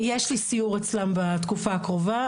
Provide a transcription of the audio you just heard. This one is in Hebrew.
סיור אצלם בתקופה הקרובה,